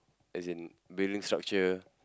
as in building structure